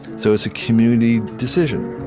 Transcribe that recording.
so it's a community decision